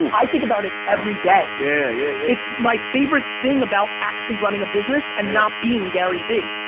i think about it every day. yeah yeah it's my favorite thing about actually running a business and not being gary vee.